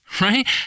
right